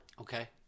Okay